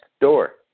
door